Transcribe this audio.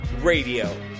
Radio